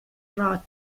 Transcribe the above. roth